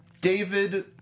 david